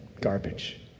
garbage